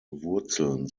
wurzeln